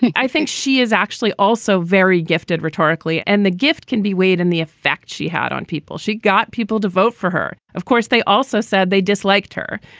i think she is actually also very gifted rhetorically. and the gift can be weighed in the effect she had on people. she got people to vote for her. of course, they also said they disliked her.